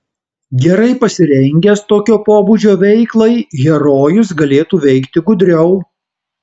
gerai pasirengęs tokio pobūdžio veiklai herojus galėtų veikti gudriau